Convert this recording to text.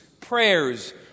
prayers